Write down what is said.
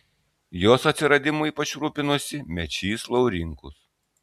jos atsiradimu ypač rūpinosi mečys laurinkus